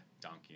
donkey